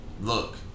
look